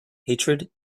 hatred